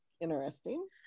interesting